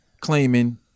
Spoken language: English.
claiming